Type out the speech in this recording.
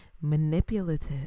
Manipulative